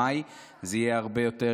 וזה יהיה הרבה יותר רלוונטי.